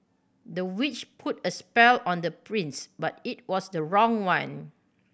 the witch put a spell on the prince but it was the wrong one